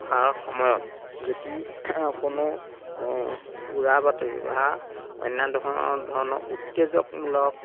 অহাৰ সময়ত যদি কোনো উৰাবাতৰি বা অন্য ধৰণৰ ধৰণৰ উত্তেজকমূলক